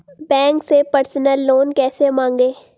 Bank से personal loan कैसे मांगें?